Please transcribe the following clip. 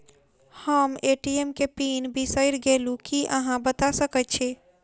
हम ए.टी.एम केँ पिन बिसईर गेलू की अहाँ बता सकैत छी?